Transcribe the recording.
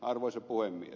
arvoisa puhemies